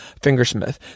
Fingersmith